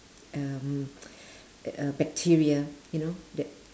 um uh bacteria you know that